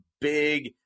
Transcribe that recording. big